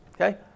Okay